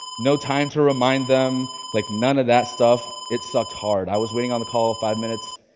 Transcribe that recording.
no time to remind them, like none of that stuff. it sucked hard. i was waiting on the call five minutes,